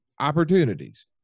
opportunities